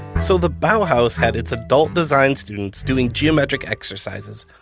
so the bauhaus had its adult design students doing geometric exercises,